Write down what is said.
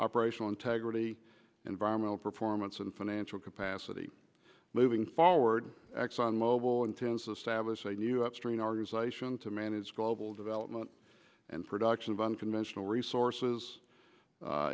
operational integrity environmental performance and financial capacity moving forward exxon mobil intense establish a new upstream organization to manage global development and production of unconventional resources